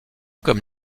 comme